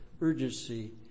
urgency